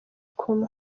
kumwe